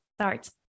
start